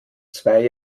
zwei